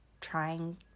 trying